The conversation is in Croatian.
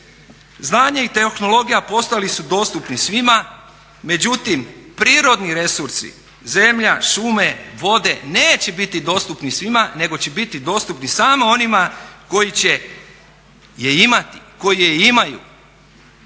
Znanje i tehnologija postali su dostupni svima, međutim prirodni resursi zemlja, šume, vode neće biti dostupni svima nego će biti dostupni samo onima koji će je imati, koji je imaju.